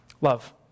Love